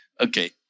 Okay